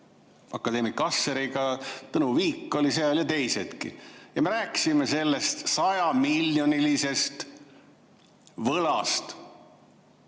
akadeemik Asseriga, Tõnu Viik oli seal ja teisedki. Me rääkisime sellest 100‑miljonilisest võlast